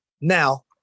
now